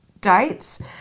dates